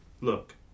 look